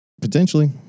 Potentially